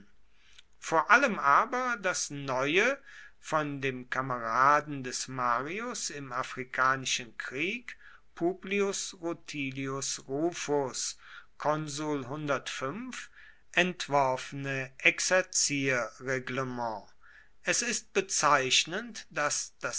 vor allem aber das neue von dem kameraden des marius im afrikanischen krieg publius rutilius rufus entworfene exerzierreglement es ist bezeichnend daß